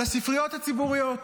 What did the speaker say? על הספריות הציבוריות.